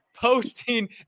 posting